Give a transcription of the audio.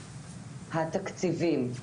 התקציבים,